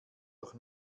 durch